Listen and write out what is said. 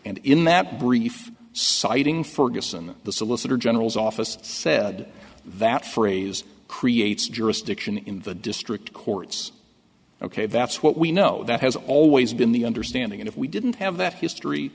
and in that brief citing ferguson the solicitor general's office said that phrase creates jurisdiction in the district courts ok that's what we know that has always been the understanding and if we didn't have that history